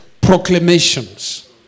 proclamations